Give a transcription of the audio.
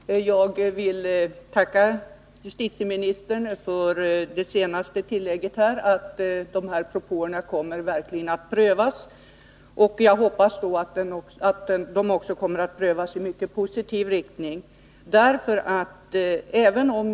Herr talman! Jag vill tacka justitieministern för det senaste tillägget, nämligen att propåerna verkligen kommer att prövas. Jag hoppas att de kommer att prövas i mycket positiv riktning.